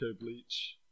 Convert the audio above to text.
Bleach